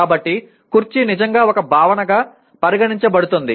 కాబట్టి కుర్చీ నిజంగా ఒక భావనగా పరిగణించబడుతుంది